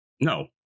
No